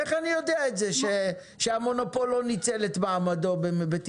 איך אני יודע שהמונופול לא ניצל את מעמדו בתמחור?